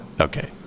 Okay